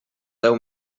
deu